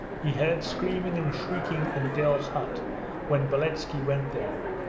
he heard screaming and shrieking in the girls' hut when beletski went there,